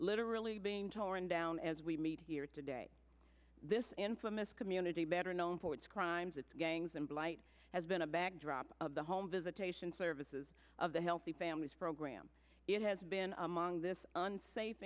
literally being torn down as we meet here today this infamous community better known for its crimes its gangs and blight has been a backdrop of the home visitation services of the healthy families program it has been among this unsafe